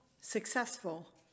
successful